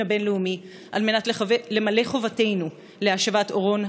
הבין-לאומי על מנת למלא חובתנו להשבת אורון,